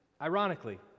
Ironically